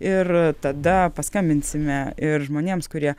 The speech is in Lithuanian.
ir tada paskambinsime ir žmonėms kurie